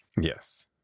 Yes